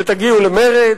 ותגיעו למרצ,